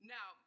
Now